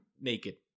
naked